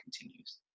continues